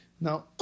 Now